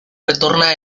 retorna